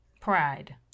Pride